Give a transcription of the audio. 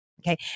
Okay